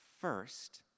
first